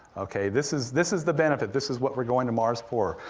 okay, this is this is the benefit, this is what we're going to mars for.